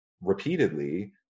repeatedly